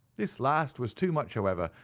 this last was too much, however,